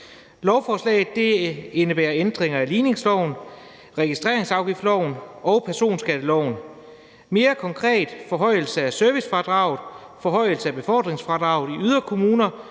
Lovforslaget indebærer ændringer af ligningsloven, registreringsafgiftsloven og personskatteloven. Mere konkret er det forhøjelse af servicefradraget, forhøjelse af befordringsfradraget i yderkommuner